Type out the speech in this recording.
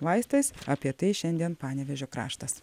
vaistais apie tai šiandien panevėžio kraštas